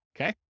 Okay